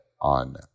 on